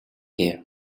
here